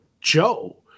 joe